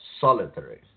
solitary